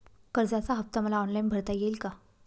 कर्जाचा हफ्ता मला ऑनलाईन भरता येईल का?